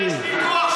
לוי.